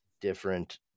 different